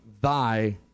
thy